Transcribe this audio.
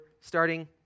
starting